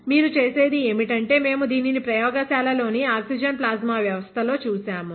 మీరు చేసేది ఏమిటంటే మేము దీనిని ప్రయోగశాల లోని ఆక్సిజన్ ప్లాస్మా వ్యవస్థ లో చూసాము